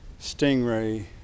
Stingray